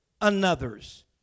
another's